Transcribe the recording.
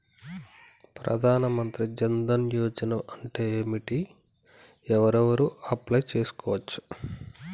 ప్రధాన మంత్రి జన్ ధన్ యోజన అంటే ఏంటిది? ఎవరెవరు అప్లయ్ చేస్కోవచ్చు?